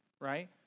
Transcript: right